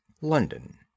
London